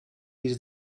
bir